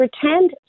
pretend